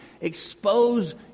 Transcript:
Expose